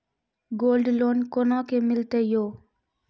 Gold loan कोना के मिलते यो?